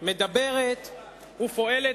מדברת ופועלת,